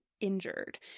injured